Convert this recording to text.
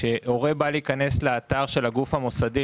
כשהורה בא להיכנס לאתר של הגוף המוסדי,